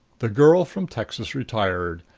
the girl from texas retired,